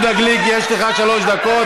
חבר הכנסת יהודה גליק, יש לך שלוש דקות.